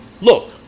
Look